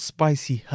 Spicy